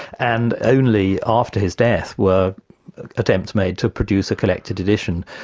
and only after his death were attempts made to produce a collected edition,